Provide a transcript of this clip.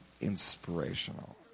inspirational